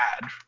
bad